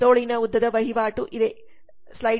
ತೋಳಿನ ಉದ್ದದ ವಹಿವಾಟು ಇವು